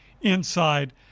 inside